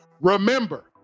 Remember